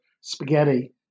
spaghetti